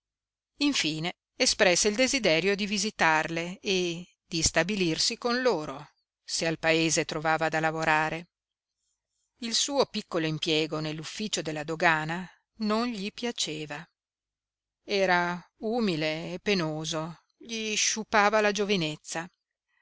infine espresse il desiderio di visitarle e di stabilirsi con loro se al paese trovava da lavorare il suo piccolo impiego nell'ufficio della dogana non gli piaceva era umile e penoso gli sciupava la giovinezza